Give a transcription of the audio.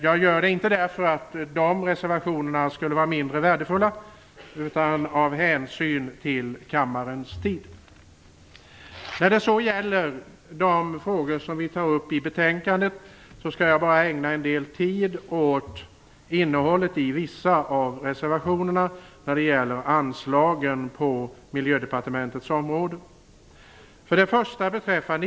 Det gör jag inte därför att dessa reservationer skulle vara mindre värdefulla, utan jag gör det av hänsyn till kammarens tid. När det gäller de frågor som tas upp i betänkandet skall jag ägna en del tid åt innehållet i vissa av reservationerna om anslagen på Miljödepartementets område.